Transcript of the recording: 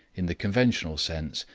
in the conventional sense,